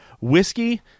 whiskey